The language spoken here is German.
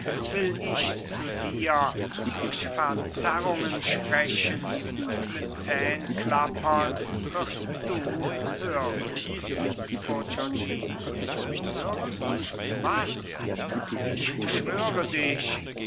will ich zu dir durch verzerrungen sprechen und mit zähnklappern wirst du hören bourgognino hören was ich beschwöre dich